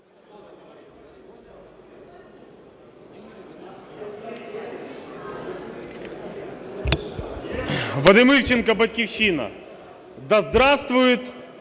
Вадим Івченко, "Батьківщина". Да здравствует